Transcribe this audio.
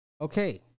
Okay